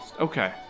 Okay